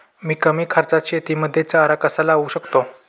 मी कमी खर्चात शेतीमध्ये चारा कसा लावू शकतो?